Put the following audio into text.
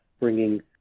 bringing